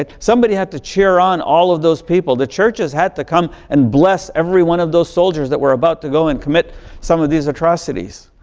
somebody had to cheer on all of those people. the churches had to come and bless every one of those soldiers that were about to go and commit some of these atrocities.